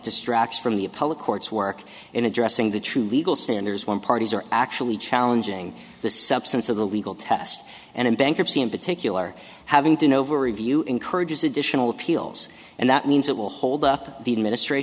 distracts from the appellate court's work in addressing the true legal standards when parties are actually challenging the substance of the legal test and in bankruptcy in particular having to an over review encourages additional appeals and that means it will hold up the administr